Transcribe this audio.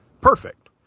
perfect